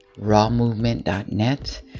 rawmovement.net